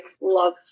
love